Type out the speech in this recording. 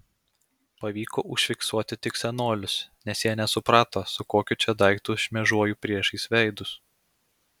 pavyko užfiksuoti tik senolius nes jie nesuprato su kokiu čia daiktu šmėžuoju priešais veidus